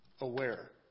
aware